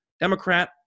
Democrat